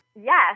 Yes